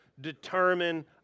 determine